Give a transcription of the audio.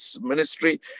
ministry